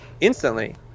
instantly